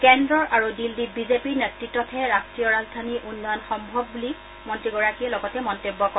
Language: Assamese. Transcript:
কেন্দ্ৰৰ আৰু দিন্নীত বিজেপিৰ নেত্ৰততহে ৰাষ্টীয় ৰাজধানীৰ উন্নয়ন সম্ভৱ বুলিও মন্ত্ৰীগৰাকীয়ে লগতে মন্তব্য কৰে